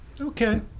Okay